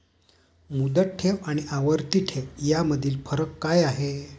मुदत ठेव आणि आवर्ती ठेव यामधील फरक काय आहे?